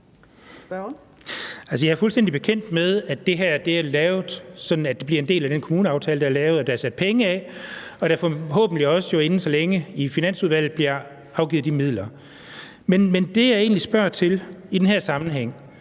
Jeg er fuldstændig bekendt med, at det her er lavet, sådan at det bliver en del af den kommuneaftale, der er lavet, at der er sat penge af, og at der forhåbentlig også inden så længe i Finansudvalget bliver afgivet de midler. Men det, jeg egentlig spørger til i den her sammenhæng,